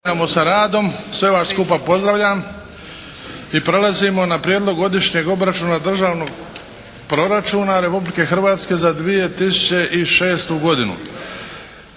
Sve vas skupa pozdravljam. I prelazimo na - Prijedlog godišnjeg obračuna Državnog proračuna Republike Hrvatske za 2006. godinu.